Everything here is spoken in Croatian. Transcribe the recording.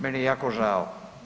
Meni je jako žao.